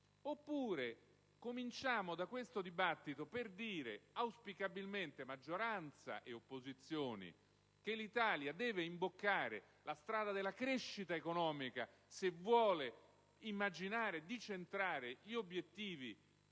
cominciare da questo dibattito per dire, auspicabilmente maggioranza e opposizioni, che l'Italia deve imboccare la strada della crescita economica, se vuole immaginare di centrare gli obiettivi, virtuosi